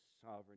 sovereign